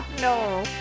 No